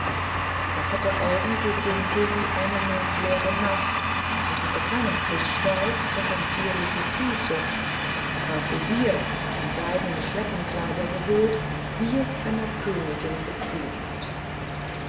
das hatte augen so dunkel wie die mondleere nacht und hatte keinen fischschweif sondern zierliche füße und war frisiert und in seidene schleppenkleider gehüllt wie es einer königin geziemt